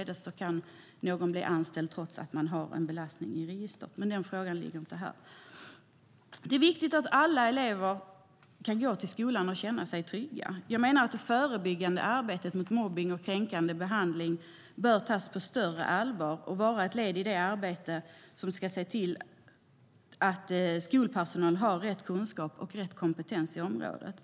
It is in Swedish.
Därmed kan någon bli anställd trots en belastning i registret. Den frågan ligger dock inte i utbildningsutskottet. Det är viktigt att alla elever kan gå till skolan och känna sig trygga. Jag menar att det förebyggande arbetet mot mobbning och kränkande behandling bör tas på större allvar och vara ett led i det arbete som ska se till att skolpersonal har rätt kunskap och rätt kompetens på området.